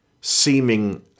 seeming